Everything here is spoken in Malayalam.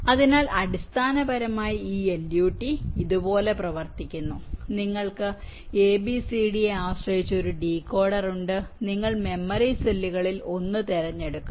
അതിനാൽ അടിസ്ഥാനപരമായി ഈ LUT ഇതുപോലെ പ്രവർത്തിക്കുന്നു നിങ്ങൾക്ക് A B C D യെ ആശ്രയിച്ച് ഒരു ഡീകോഡർ ഉണ്ട് നിങ്ങൾ മെമ്മറി സെല്ലുകളിൽ ഒന്ന് തിരഞ്ഞെടുക്കും